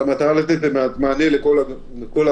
אבל המטרה היא לתת מענה לכל הצרכים